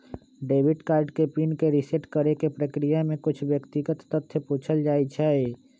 debit card के PIN के reset करेके प्रक्रिया में कुछ व्यक्तिगत तथ्य पूछल जाइ छइ